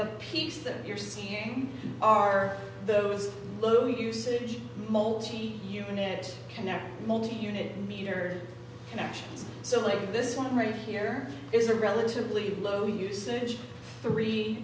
that you're seeing are those low usage multi unit connect multi unit meter connections so like this one right here is a relatively low usage three